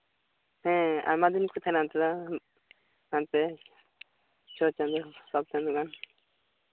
ᱦᱮᱸ ᱟᱭᱢᱟ ᱫᱤᱱ ᱜᱮᱠᱚ ᱛᱟᱦᱮᱱᱟ ᱚᱱᱠᱟ ᱦᱟᱱᱛᱮ ᱪᱷᱚ ᱪᱟᱸᱫᱚ ᱥᱟᱛ ᱪᱟᱸᱫᱚ ᱜᱟᱱ